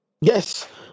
Yes